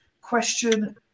question